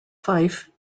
fife